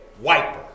wiper